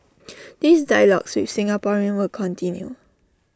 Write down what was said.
these dialogues with Singaporeans will continue